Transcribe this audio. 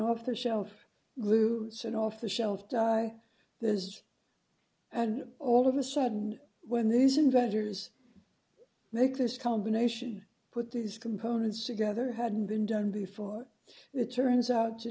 of the shelf glue set off the shelf die there is and all of a sudden when these inventors make this combination put these components together hadn't been done before it turns out to